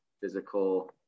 physical